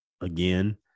again